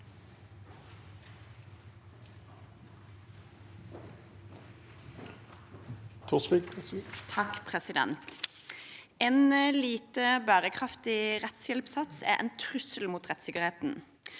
En lite bærekraftig rettshjelpssats er en trussel mot rettssikkerheten.